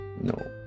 No